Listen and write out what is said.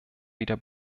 wieder